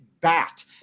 bat